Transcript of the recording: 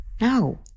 No